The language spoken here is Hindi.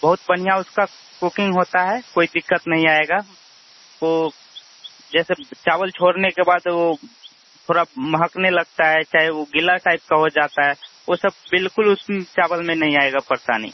बहुत बढ़िया उसका कुकिंग होता है कोई दिक्कत नहीं आएगी वह जैसे चावल छोड़ने के बाद वह थोड़ा महकने लगता है चाहे वह गीला टाइप का हो जाता है वह सब बिल्कुल उस चावल में नहीं आएगी परेशानी